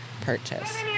purchase